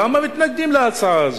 למה מתנגדים להצעה הזאת?